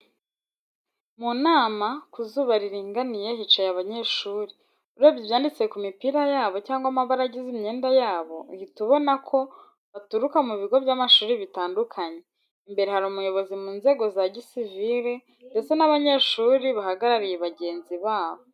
Mu nama, ku zuba riringaniye hicaye abanyeshuri, urebye ibyanditse ku mipira yabo cyangwa amabara agize imyenda yabo uhita ubona ko baturuka mu bigo by'amashuri bitandukanye. Imbere hari umuyobozi mu nzego za gisivire ndetse n'abanyeshuri bahagarariye bagenzi babo.